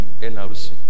NRC